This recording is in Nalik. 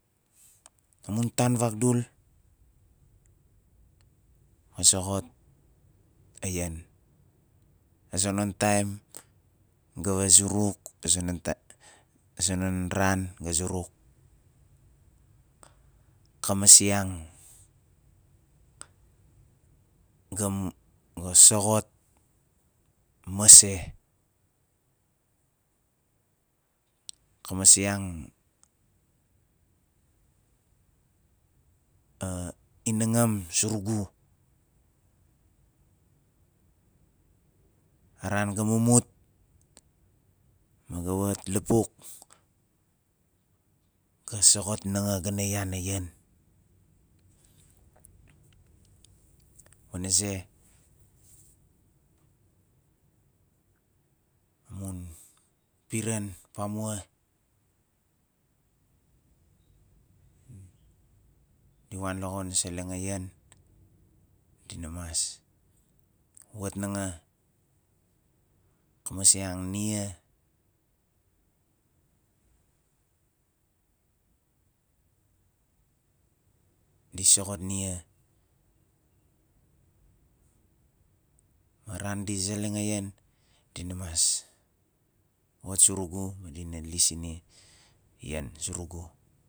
Amun tan vagdul ga soxot a ian a zonon taim gawa zuruk a zonon tai- a zonon ran ga zuruk ka masiang gam- ga soxot mase ka masiang a- a inangam surugu a ran ga mumut ma ga wat lapuk ga soxot nanga gana yan a ian wana ze amun piran pamua diwan la xon di seleng a yan dina mas wat nanga ka masiang nia di soxot nia ma ran di zeleng a yan dina mas wat surugu ma dina lis si nia yan surugu